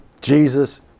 Jesus